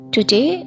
Today